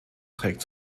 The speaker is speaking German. trägt